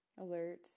alert